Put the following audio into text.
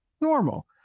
normal